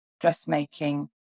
dressmaking